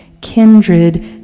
kindred